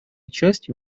частью